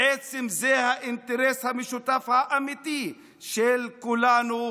בעצם זה האינטרס המשותף האמיתי של כולנו,